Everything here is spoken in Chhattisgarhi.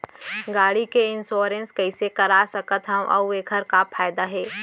गाड़ी के इन्श्योरेन्स कइसे करा सकत हवं अऊ एखर का फायदा हे?